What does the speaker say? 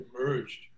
emerged